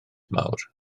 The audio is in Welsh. mawr